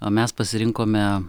o mes pasirinkome